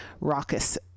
raucous